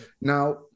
now